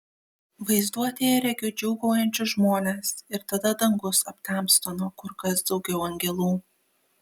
vaizduotėje regiu džiūgaujančius žmones ir tada dangus aptemsta nuo kur kas daugiau angelų